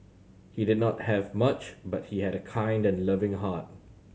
he did not have much but he had a kind and loving heart